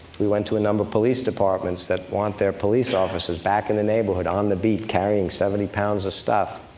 we went to a number of police departments that want their police officers back in the neighborhood on the beat, carrying seventy pounds of stuff.